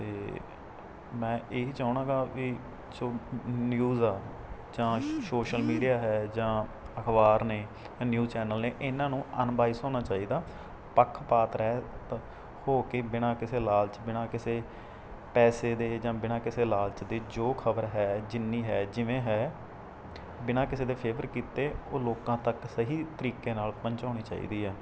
ਅਤੇ ਮੈਂ ਇਹੀ ਚਾਹੁੰਦਾ ਹੈਗਾ ਵੀ ਜੋ ਨਿਊਜ਼ ਆ ਜਾਂ ਸ਼ੋਸ਼ਲ ਮੀਡੀਆ ਹੈ ਜਾਂ ਅਖ਼ਬਾਰ ਨੇ ਜਾਂ ਨਿਊਜ਼ ਚੈਨਲ ਨੇ ਇਨ੍ਹਾਂ ਨੂੰ ਅਨਵਾਇਸ ਹੋਣਾ ਚਾਹੀਦਾ ਪੱਖਪਾਤ ਰਹਿਤ ਹੋ ਕੇ ਬਿਨਾਂ ਕਿਸੇ ਲਾਲਚ ਬਿਨਾਂ ਕਿਸੇ ਪੈਸੇ ਦੇ ਜਾਂ ਬਿਨਾਂ ਕਿਸੇ ਲਾਲਚ ਦੇ ਜੋ ਖਬਰ ਹੈ ਜਿੰਨੀ ਹੈ ਜਿਵੇਂ ਹੈ ਬਿਨਾਂ ਕਿਸੇ ਦੇ ਫੇਵਰ ਕੀਤੇ ਉਹ ਲੋਕਾਂ ਤੱਕ ਸਹੀ ਤਰੀਕੇ ਨਾਲ ਪਹੁੰਚਾਉਣੀ ਚਾਹੀਦੀ ਹੈ